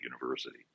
University